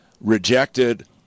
rejected